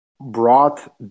brought